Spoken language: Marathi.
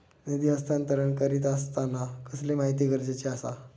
निधी हस्तांतरण करीत आसताना कसली माहिती गरजेची आसा?